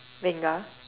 venga